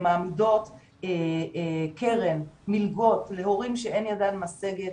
מעמידות קרן מלגות להורים שאין ידם משגת.